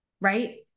right